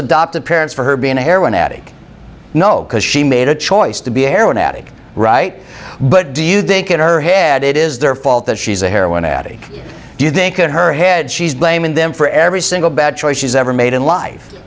adoptive parents for her being a heroin addict no because she made a choice to be a heroin addict right but do you think in her head it is their fault that she's a heroin addict do you think in her head she's blaming them for every single bad choice she's ever made in life